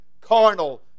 carnal